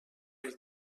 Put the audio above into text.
per